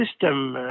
system